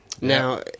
Now